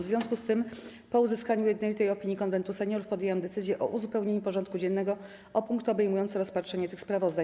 W związku z tym, po uzyskaniu jednolitej opinii Konwentu Seniorów, podjęłam decyzję o uzupełnieniu porządku dziennego o punkty obejmujące rozpatrzenie tych sprawozdań.